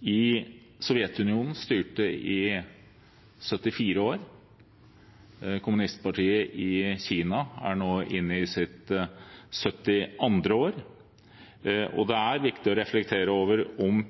i Sovjetunionen styrte i 74 år. Kommunistpartiet i Kina er nå inne i sitt 72. år. Det er viktig å reflektere over om